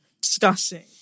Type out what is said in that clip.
discussing